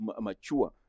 mature